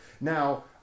Now